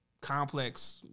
complex